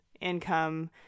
income